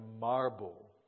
marble